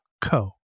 co